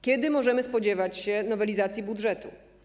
Kiedy możemy spodziewać się nowelizacji budżetu?